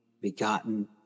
begotten